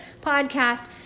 podcast